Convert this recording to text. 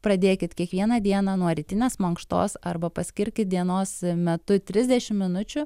pradėkit kiekvieną dieną nuo rytinės mankštos arba paskirkit dienos metu trisdešim minučių